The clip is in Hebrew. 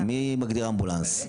מי מגדיר אמבולנס.